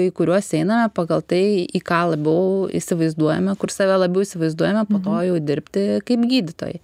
į kuriuos eina pagal tai į ką labiau įsivaizduojame kur save labiau įsivaizduojame po to jau dirbti kaip gydytojai